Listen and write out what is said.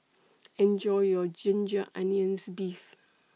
Enjoy your Ginger Onions Beef